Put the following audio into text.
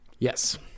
Yes